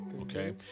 Okay